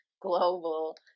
global